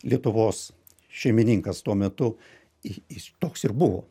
lietuvos šeimininkas tuo metu ji jis toks ir buvo